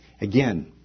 Again